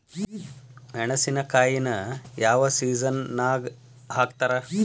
ಮೆಣಸಿನಕಾಯಿನ ಯಾವ ಸೇಸನ್ ನಾಗ್ ಹಾಕ್ತಾರ?